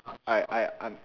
I I I'm